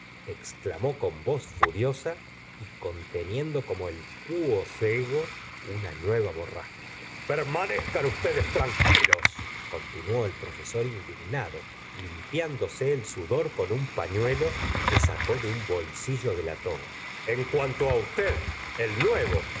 exclamó con voz furiosa y conteniendo como el quos ego una nueva borrasca permanezcan ustedes tranquilos continuó el profesor indignado limpiándose el sudor con un polluelo que sacó de un bolsillo de la toga en cuanto usted el nuevo